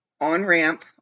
on-ramp